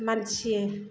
मानसि